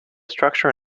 structure